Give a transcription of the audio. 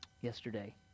yesterday